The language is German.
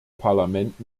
parlament